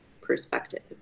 perspective